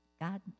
god